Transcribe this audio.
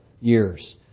years